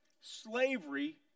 slavery